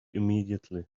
immediately